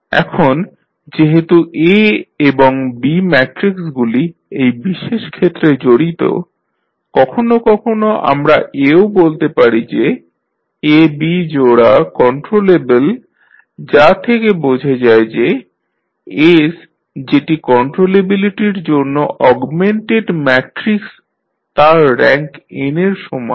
এখন যেহেতু A এবং B ম্যাট্রিক্সগুলি এই বিশেষ ক্ষেত্রে জড়িত কখনও কখনও আমরা এও বলতে পারি যে AB জোড়া কন্ট্রোলেবল যা থেকে বোঝা যায় যে S যেটি কন্ট্রোলেবিলিটির জন্য অগমেন্টেড ম্যাট্রিক্স তার র্যাঙ্ক n এর সমান